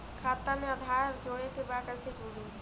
खाता में आधार जोड़े के बा कैसे जुड़ी?